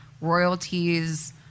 royalties